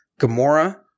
Gamora